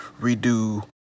redo